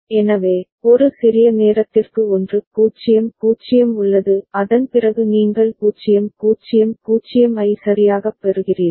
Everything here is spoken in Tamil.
எனவே ஒரு சிறிய நேரத்திற்கு 1 0 0 உள்ளது அதன்பிறகு நீங்கள் 0 0 0 ஐ சரியாகப் பெறுகிறீர்கள்